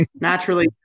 Naturally